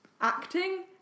acting